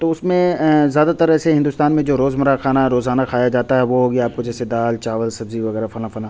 تو اس میں زیادہ تر ایسے ہندوستان میں جو روزمرہ کھانا روزانہ کھایا جاتا ہے وہ ہو گیا آپ کو جیسے دال چاول سبزی وغیرہ فلاں فلاں